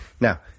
Now